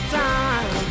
time